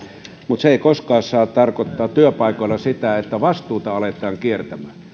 mutta ne eivät koskaan saa tarkoittaa työpaikoilla sitä että vastuuta aletaan kiertämään